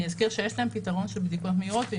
אני אזכיר שיש להם פתרון של בדיקות מהירות.